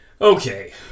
Okay